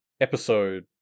episode